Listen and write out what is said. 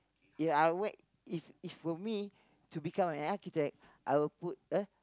ya I if if for me to become an architect I would put a